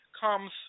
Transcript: comes